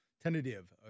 Tentative